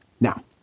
Now